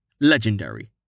Legendary